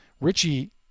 Richie